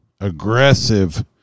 aggressive